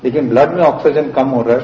लेकिन ब्लड में ऑक्सीजन कम हो रहा है